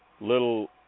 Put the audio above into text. Little